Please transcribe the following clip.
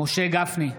משה גפני,